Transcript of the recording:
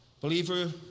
Believer